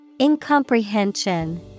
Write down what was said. Incomprehension